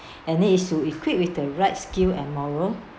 and then is to equipped with the right skill and moral